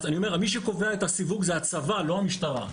מי שקובע את הסיווג זה הצבא, לא המשטרה.